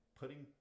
putting